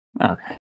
Okay